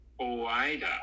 oida